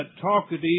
Talkative